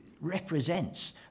represents